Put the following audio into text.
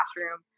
classroom